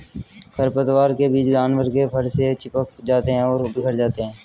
खरपतवार के बीज जानवर के फर से चिपक जाते हैं और बिखर जाते हैं